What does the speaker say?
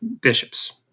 bishops